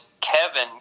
Kevin